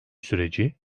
süreci